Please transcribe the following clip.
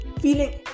feeling